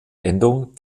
endung